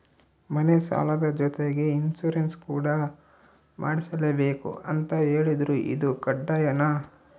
ಮನೆ ಸಾಲದ ಜೊತೆಗೆ ಇನ್ಸುರೆನ್ಸ್ ಕೂಡ ಮಾಡ್ಸಲೇಬೇಕು ಅಂತ ಹೇಳಿದ್ರು ಇದು ಕಡ್ಡಾಯನಾ?